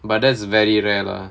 but that's very rare lah